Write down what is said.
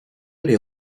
les